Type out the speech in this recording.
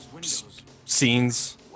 scenes